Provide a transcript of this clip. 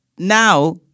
Now